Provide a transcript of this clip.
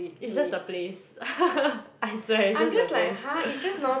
it's just the place I swear it's just the place